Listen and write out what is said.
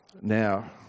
Now